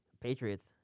Patriots